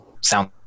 sound